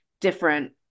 different